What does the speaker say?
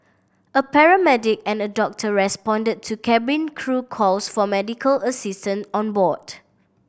a paramedic and a doctor responded to cabin crew calls for medical assistance on board